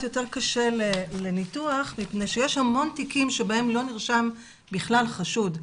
יותר קשה לניתוח מפני שיש המון תיקים שבהם לא נרשם בכלל חשוד.